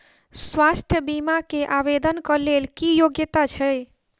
स्वास्थ्य बीमा केँ आवेदन कऽ लेल की योग्यता छै?